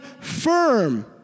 firm